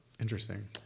Interesting